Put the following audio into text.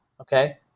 okay